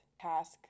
task